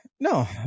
no